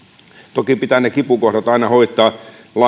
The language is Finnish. toki pitää ne kipukohdat aina hoitaa